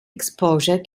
exposure